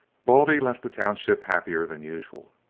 baldy left the township happier than usual,